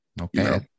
Okay